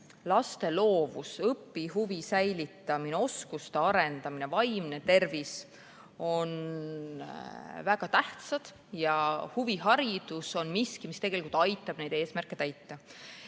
laste loovus, õpihuvi säilitamine, oskuste arendamine, vaimne tervis on väga tähtsad ja huviharidus on miski, mis aitab neid eesmärke täita.